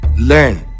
learn